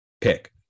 pick